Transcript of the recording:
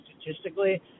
statistically